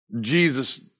Jesus